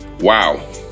Wow